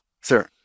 sir